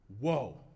Whoa